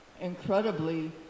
incredibly